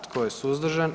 Tko je suzdržan?